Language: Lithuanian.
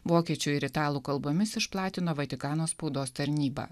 vokiečių ir italų kalbomis išplatino vatikano spaudos tarnyba